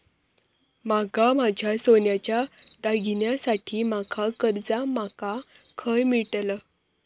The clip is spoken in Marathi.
माका माझ्या सोन्याच्या दागिन्यांसाठी माका कर्जा माका खय मेळतल?